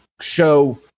show